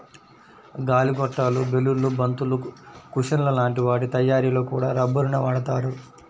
గాలి గొట్టాలు, బెలూన్లు, బంతులు, కుషన్ల లాంటి వాటి తయ్యారీలో కూడా రబ్బరునే వాడతారు